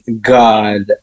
God